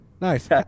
Nice